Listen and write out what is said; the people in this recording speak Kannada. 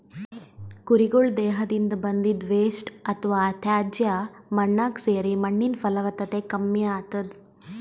ಕುರಿಗಳ್ ದೇಹದಿಂದ್ ಬಂದಿದ್ದ್ ವೇಸ್ಟ್ ಅಥವಾ ತ್ಯಾಜ್ಯ ಮಣ್ಣಾಗ್ ಸೇರಿ ಮಣ್ಣಿನ್ ಫಲವತ್ತತೆ ಕಮ್ಮಿ ಆತದ್